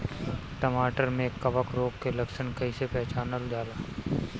टमाटर मे कवक रोग के लक्षण कइसे पहचानल जाला?